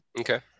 okay